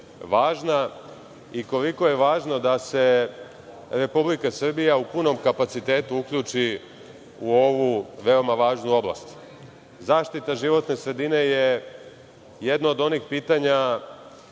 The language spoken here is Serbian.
i koliko je važno da se Republika Srbija u punom kapacitetu uključi u ovu veoma važnu oblast.Zaštita životne sredine je jedno od onih pitanja